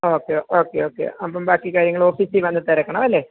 okay okay okay അപ്പം ബാക്കി കാര്യങ്ങൾ ഓഫീസി വന്ന് തിരക്കണം അല്ലേ